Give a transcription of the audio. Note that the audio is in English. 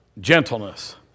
Gentleness